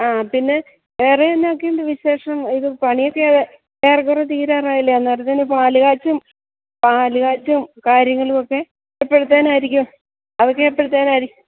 ആ പിന്നെ വേറെ എന്നാക്കെയുണ്ട് വിശേഷം ഇത് പണിയൊക്കെ ഏറെക്കുറെ തീരാറായല്ലേ അന്നേരത്തേനു പാലു കാച്ചും പാലു കാച്ചും കാര്യങ്ങളുമൊക്കെ എപ്പോഴത്തേനായിരിക്കും അതൊക്കെ എപ്പോഴത്തേനായിരിക്കും